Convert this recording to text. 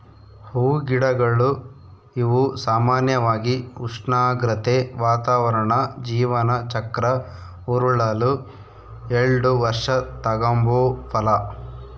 ಹೂಗಿಡಗಳು ಇವು ಸಾಮಾನ್ಯವಾಗಿ ಉಷ್ಣಾಗ್ರತೆ, ವಾತಾವರಣ ಜೀವನ ಚಕ್ರ ಉರುಳಲು ಎಲ್ಡು ವರ್ಷ ತಗಂಬೋ ಫಲ